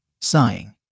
sighing